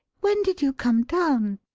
when did you come down?